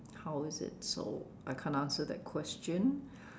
how is it so I can't answer that question